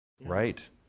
Right